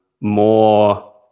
more